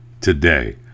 today